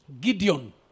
Gideon